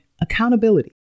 accountability